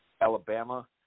Alabama